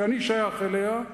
שאני שייך אליה,